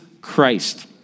Christ